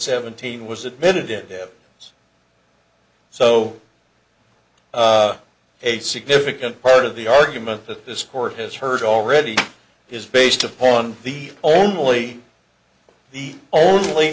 seventeen was admitted it was so a significant part of the argument that this court has heard already is based upon the only the only